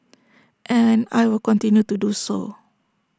and I will continue to do so